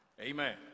Amen